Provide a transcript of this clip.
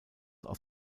aus